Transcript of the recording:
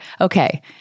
okay